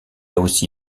aussi